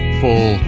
full